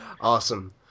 Awesome